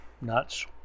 nuts